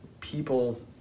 people